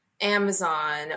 Amazon